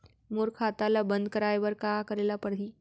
मोर खाता ल बन्द कराये बर का का करे ल पड़ही?